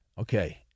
okay